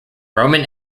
roman